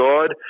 God